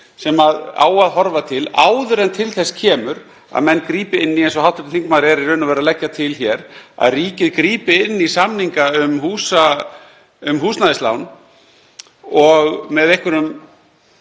sem á að horfa til áður en til þess kemur að menn grípi inn í, eins og hv. þingmaður er í raun og veru að leggja til hér, að ríkið grípi inn í samninga um húsnæðislán, grípi með einhverjum